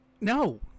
no